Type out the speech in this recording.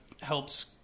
helps